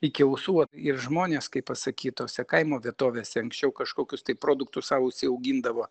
iki ausų va ir žmonės kaip pasakyt tose kaimo vietovėse anksčiau kažkokius tai produktus sau užsiaugindavo